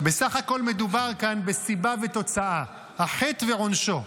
בסך הכול מדובר כאן בסיבה ותוצאה, החטא ועונשו.